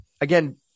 again